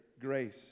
grace